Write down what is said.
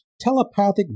telepathic